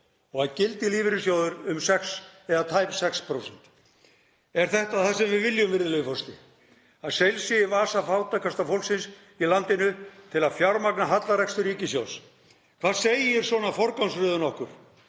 og Gildi lífeyrissjóður um tæp 6%. Er þetta það sem við viljum, virðulegi forseti, að seilst sé í vasa fátækasta fólksins í landinu til að fjármagna hallarekstur ríkissjóðs? Hvað segir svona forgangsröðun okkur?